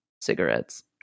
cigarettes